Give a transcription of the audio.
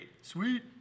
Sweet